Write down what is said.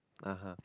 (uh huh)